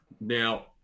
Now